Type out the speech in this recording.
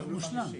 חמישי.